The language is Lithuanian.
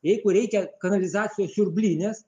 jeigu reikia kanalizacijos siurblinės